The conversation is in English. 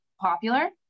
popular